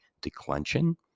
declension